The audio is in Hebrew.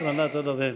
אחרונת הדוברים.